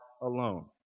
alone